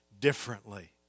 differently